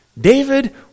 David